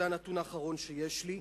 זה הנתון האחרון שיש לי,